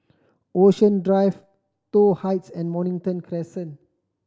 Ocean Drive Toh Heights and Mornington Crescent